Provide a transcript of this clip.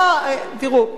תראו,